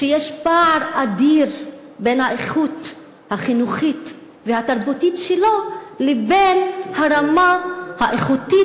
שיש פער אדיר בין האיכות החינוכית והתרבותית שלו לבין הרמה האיכותית,